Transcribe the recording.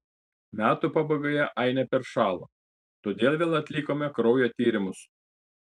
metų pabaigoje ainė peršalo todėl vėl atlikome kraujo tyrimus